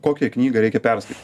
kokią knygą reikia perskait